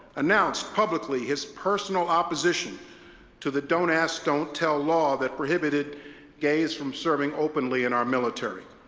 announced publicly his personal opposition to the don't ask, don't tell law that prohibited gays from serving openly in our military.